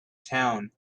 town